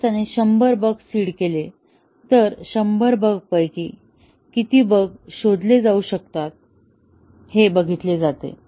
जर त्याने शंभर बग्स सीड केले तर शंभर बगांपैकी किती बग शोधले जाऊ शकतात हे बघितले जाते